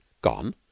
Gone